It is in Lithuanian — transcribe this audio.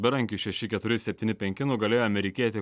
berankis šeši keturi septyni penki nugalėjo amerikietį